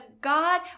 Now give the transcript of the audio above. God